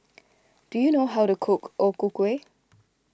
do you know how to cook O Ku Kueh